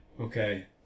Okay